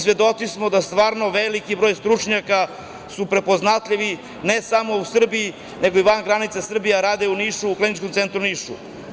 Svedoci smo da stvarno veliki broj stručnjaka su prepoznatljivi ne samo u Srbiji, nego i van granica Srbije, a rade u Nišu, u Kliničkom centru u Nišu.